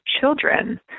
children